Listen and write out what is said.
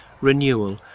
renewal